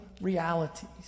realities